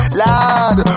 lad